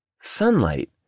Sunlight